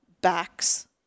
backs